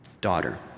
daughter